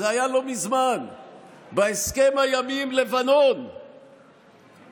זה היה לא מזמן בהסכם הימי עם לבנון, נכון?